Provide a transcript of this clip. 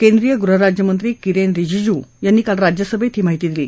केंद्रीय गृहराज्यमंत्री किरेन रिजीजू यांनी काल राज्यसभेत ही माहिती दिली